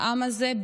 לעם הזה,